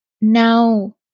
Now